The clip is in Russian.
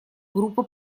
группа